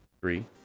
Three